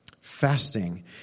fasting